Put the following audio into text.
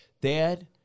Dad